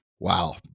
Wow